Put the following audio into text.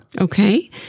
Okay